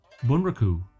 Bunraku